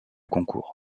concours